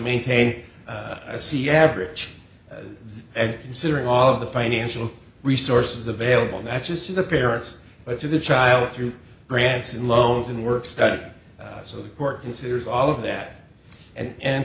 maintain a c average and considering all of the financial resources available matches to the parents but to the child through grants and loans and work study so the court considers all of that and